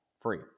free